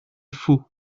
faux